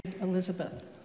Elizabeth